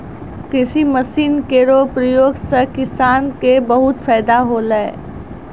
कृषि मसीन केरो प्रयोग सें किसान क बहुत फैदा होलै